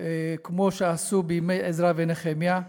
כמו שעשו בימי עזרא ונחמיה.